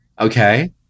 Okay